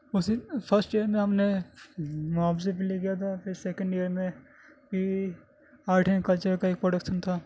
اسی first year میں ہم نے معاوضے پلے کیا تھا پھر سیکینڈ ایئر میں بھی آرٹ اینڈ کلچر کا ایک پروڈکشن تھا